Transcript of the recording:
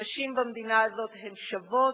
נשים במדינה הזאת הן שוות